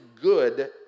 good